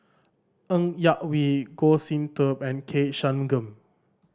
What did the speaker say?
Ng Yak Whee Goh Sin Tub and K Shanmugam